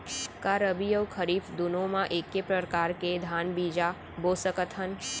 का रबि अऊ खरीफ दूनो मा एक्के प्रकार के धान बीजा बो सकत हन?